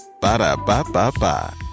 Ba-da-ba-ba-ba